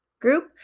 group